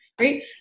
Right